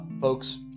folks